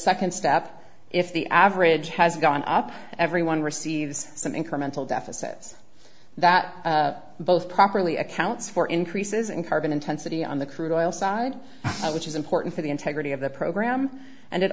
second step if the average has gone up everyone receives some incremental deficits that both properly accounts for increases in carbon intensity on the crude oil side which is important for the integrity of the program and it